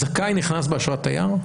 זכאי נכנס באשרת תייר?